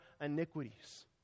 iniquities